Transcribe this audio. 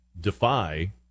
defy